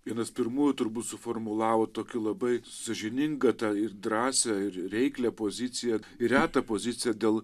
vienas pirmųjų turbūt suformulavot tokį labai sąžiningą tą drąsią ir reiklią poziciją ir retą poziciją dėl